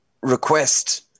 request